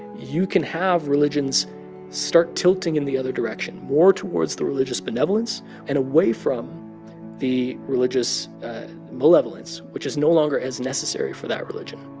you can have religions start tilting in the other direction, more towards the religious benevolence and away from the religious malevolence, which is no longer as necessary for that religion